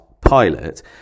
pilot